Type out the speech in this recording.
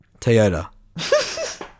Toyota